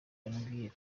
bambwiye